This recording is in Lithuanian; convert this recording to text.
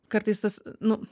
kartais tas nu